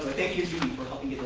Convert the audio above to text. thank you judy for helping